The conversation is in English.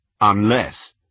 Unless